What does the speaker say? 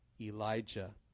Elijah